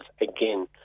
again